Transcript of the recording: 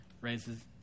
Raises